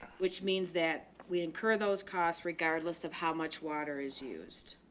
which means that we incur those costs regardless of how much water is used.